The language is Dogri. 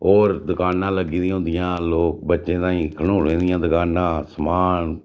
होर दकानां लग्गी दियां होंदियां होर लोक बच्चें ताई खलौने दियां दकानां समान